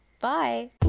bye